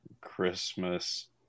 Christmas